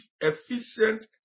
efficient